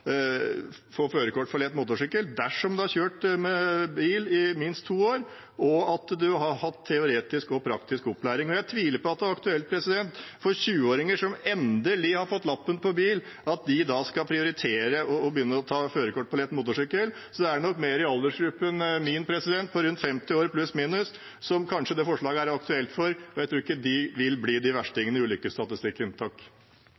motorsykkel dersom man har kjørt bil i minst to år og har hatt teoretisk og praktisk opplæring. Jeg tviler på at det er aktuelt for 20-åringer som endelig har fått lappen for bil, at de da skal prioritere å begynne å ta førerkort for lett motorsykkel. Det er nok mer min aldersgruppe, rundt 50 år pluss/minus, som kanskje det forslaget er aktuelt for. Jeg tror ikke de vil bli